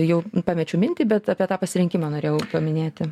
jau pamečiau mintį bet apie tą pasirinkimą norėjau paminėti